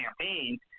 campaigns